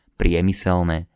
priemyselné